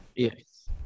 Yes